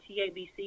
TABC